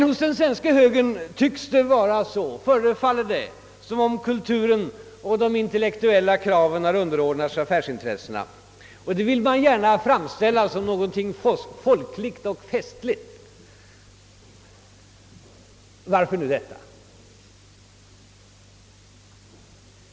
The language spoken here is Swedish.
Inom den svenska högern förefaller det som om kulturen och de intellektuella kraven underordnas affärsintressena, och detta förhållande vill man gärna framhålla såsom någonting folkligt och festligt. Varför nu detta?